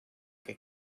que